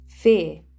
Fear